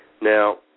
Now